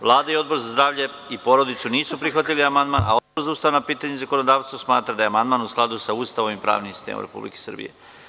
Vlada i Odbor za zdravlje i porodicu nisu prihvatili ovaj amandman, a Odbor za ustavna pitanja i zakonodavstvo smatra da je amandman u skladu sa Ustavom i pravnim sistemom Republike Srbije.